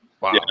Wow